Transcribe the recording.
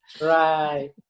right